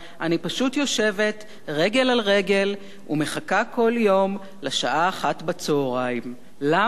אני פשוט יושבת רגל על רגל ומחכה כל יום לשעה 13:00. למה?